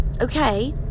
okay